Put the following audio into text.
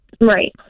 Right